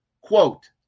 Quote